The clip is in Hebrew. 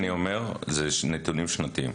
אני אומר שהנתונים של הירי הם נתונים שנתיים.